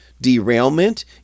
derailment